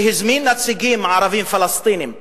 שהזמין נציגים ערבים-פלסטינים וישראלים,